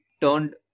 turned